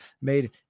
made